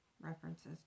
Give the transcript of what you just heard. references